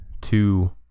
two